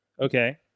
okay